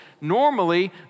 normally